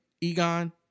Egon